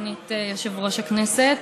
סגנית יושב-ראש הכנסת.